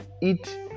eat